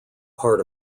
part